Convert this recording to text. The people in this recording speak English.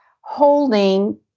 holding